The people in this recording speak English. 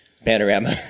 Panorama